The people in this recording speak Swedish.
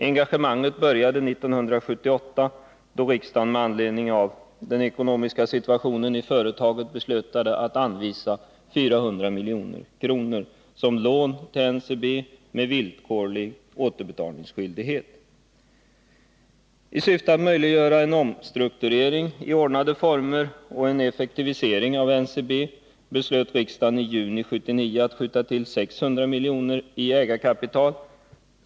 Engagemanget började 1978 då riksdagen med anledning av den ekonomiska situationen i företaget beslöt att anvisa 400 milj.kr. som lån till NCB med villkorlig återbetalningsskyldighet. I syfte att möjliggöra en omstrukturering i ordnade former och en effektivisering av NCB beslöt riksdagen i juni 1979 att skjuta till 600 miljoner i ägarkapital.